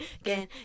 again